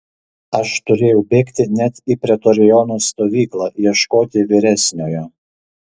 aš turėjau bėgti net į pretorionų stovyklą ieškoti vyresniojo